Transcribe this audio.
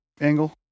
angle